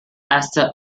astor